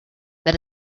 that